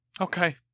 Okay